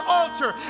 altar